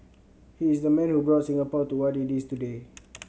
he is the man who brought Singapore to what it is today